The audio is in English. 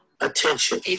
Attention